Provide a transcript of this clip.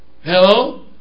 hello